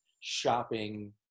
shopping